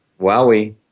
wowie